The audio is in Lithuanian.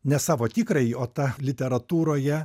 ne savo tikrąjį o tą literatūroje